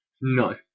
No